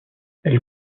elle